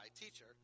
teacher